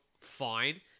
fine